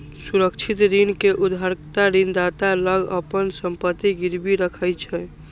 सुरक्षित ऋण मे उधारकर्ता ऋणदाता लग अपन संपत्ति गिरवी राखै छै